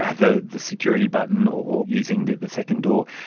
have the the security button or using the the second door,